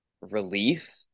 relief